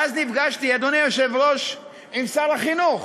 ואז נפגשתי, אדוני היושב-ראש, עם שר החינוך,